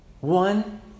one